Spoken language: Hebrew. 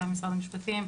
גם משרד המשפטים,